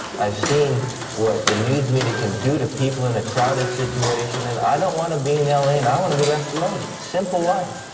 i've seen what the news media can do to people in a crowded situation, and i don't want to be in l a, and i want to be left alone, a simple life.